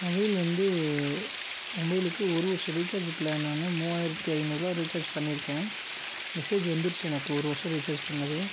mobile வந்து மொபைலுக்கு ஒரு வருஷம் ரீசார்ஜு ப்ளான் நான் மூவாயிரத்தி ஐநூறுபா ரீசார்ஜ் பண்ணியிருக்கேன் மெசேஜு வந்துடுச்சு எனக்கு ஒரு வருஷம் ரீசார்ஜ் பண்ணது